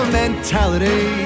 mentality